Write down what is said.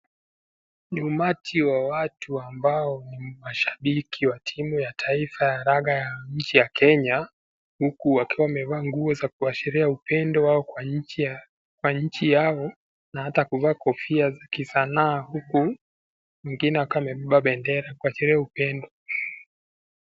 Ni umati wa watu ambao ni mashabiki wa timu ya taifa ya raga ya nchi ya Kenya. Huku wakiwa wamevaa nguo ya kuashiria upendo wa nchi yao, na hata kuvaa kofia ya kisanaa huku wengine wakiwa wamebeba bendera kuashiria upendo.